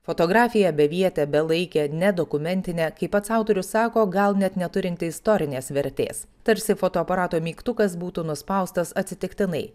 fotografija bevietė belaikė ne dokumentinė kaip pats autorius sako gal net neturinti istorinės vertės tarsi fotoaparato mygtukas būtų nuspaustas atsitiktinai